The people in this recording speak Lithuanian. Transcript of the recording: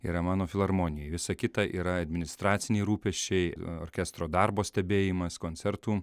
yra mano filharmonijoj visa kita yra administraciniai rūpesčiai orkestro darbo stebėjimas koncertų